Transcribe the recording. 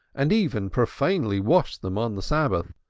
and even profanely washed them on the sabbath,